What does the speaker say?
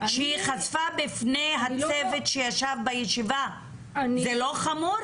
שהיא חשפה בפני הצוות שישב בישיבה זה לא חמור?